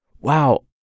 wow